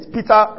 Peter